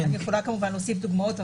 אני יכולה כמובן להוסיף דוגמאות.